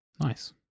nice